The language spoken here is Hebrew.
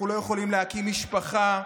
אנחנו לא יכולים להקים משפחה,